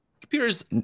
computers